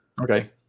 Okay